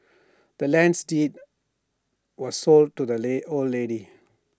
the land's deed was sold to the old lady